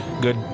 good